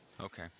Okay